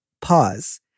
Pause